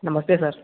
नमस्ते सर